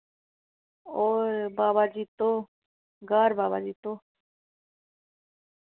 होर बावा जित्तो ग्हार बावा जित्तो